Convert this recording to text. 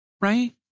right